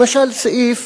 למשל סעיף